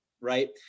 Right